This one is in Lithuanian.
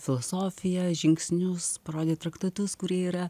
filosofiją žingsnius parodė traktatus kurie yra